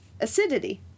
Acidity